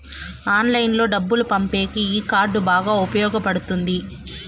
ఆన్లైన్లో డబ్బులు పంపేకి ఈ కార్డ్ బాగా ఉపయోగపడుతుంది